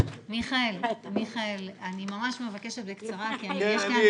אני ממש מבקשת בקצרה, כי יש כאן